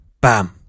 bam